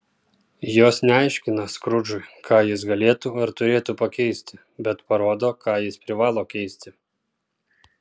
jos neaiškina skrudžui ką jis galėtų ar turėtų pakeisti bet parodo ką jis privalo keisti